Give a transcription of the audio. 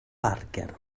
parker